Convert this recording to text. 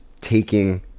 taking